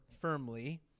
firmly